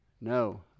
No